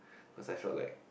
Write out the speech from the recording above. cause I felt like